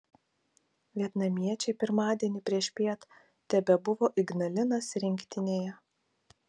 vietnamiečiai pirmadienį priešpiet tebebuvo ignalinos rinktinėje